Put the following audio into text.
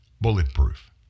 bulletproof